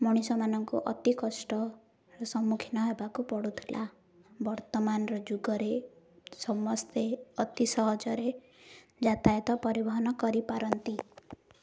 ମଣିଷମାନଙ୍କୁ ଅତି କଷ୍ଟର ସମ୍ମୁଖୀନ ହେବାକୁ ପଡ଼ୁଥିଲା ବର୍ତ୍ତମାନର ଯୁଗରେ ସମସ୍ତେ ଅତି ସହଜରେ ଯାତାୟତ ପରିବହନ କରିପାରନ୍ତି